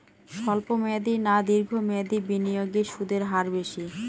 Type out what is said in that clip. স্বল্প মেয়াদী না দীর্ঘ মেয়াদী বিনিয়োগে সুদের হার বেশী?